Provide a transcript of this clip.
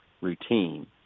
routine